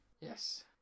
Yes